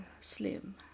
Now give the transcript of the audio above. Slim